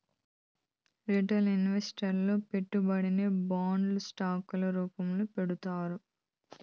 retail ఇన్వెస్టర్లు పెట్టుబడిని బాండ్లు స్టాక్ ల రూపాల్లో పెడతారు